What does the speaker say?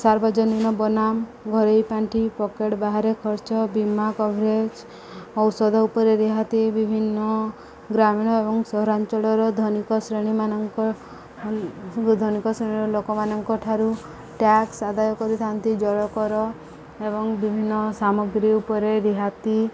ସାର୍ବଜନୀନ ବନାମ୍ ଘରୋଇ ପାଣ୍ଠି ପକେଟ ବାହାରେ ଖର୍ଚ୍ଚ ବୀମା କଭରେଜ ଔଷଧ ଉପରେ ରିହାତି ବିଭିନ୍ନ ଗ୍ରାମୀଣ ଏବଂ ସହରାଞ୍ଚଳର ଧନିକ ଶ୍ରେଣୀମାନଙ୍କ ଧନିକ ଶ୍ରେଣୀର ଲୋକମାନଙ୍କଠାରୁ ଟ୍ୟାକ୍ସ ଆଦାୟ କରିଥାନ୍ତି ଜଳ କର ଏବଂ ବିଭିନ୍ନ ସାମଗ୍ରୀ ଉପରେ ରିହାତି